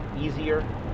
easier